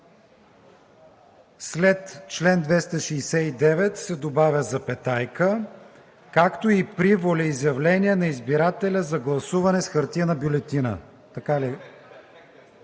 след чл. 269 се добавя запетайка, както и „при волеизявления на избирателя за гласуване с хартиена бюлетина“.“